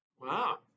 Wow